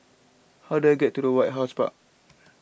how do I get to the White House Park